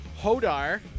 hodar